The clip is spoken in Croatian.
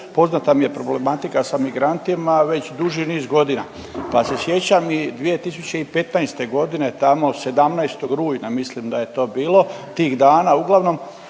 poznata mi je problematika sa migrantima već duži niz godina. Pa se sjećam i 2015.g. tamo 17. rujna mislim da je to bilo, tih dana uglavnom.